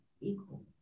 equal